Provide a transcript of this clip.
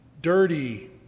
dirty